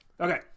okay